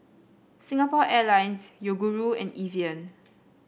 Singapore Airlines Yoguru and Evian